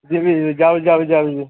ଯିବି ଯିବି ଯାଉଛି ଯାଉଛି ଯାଉଛି